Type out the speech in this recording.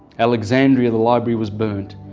alexandrian the library was burnt,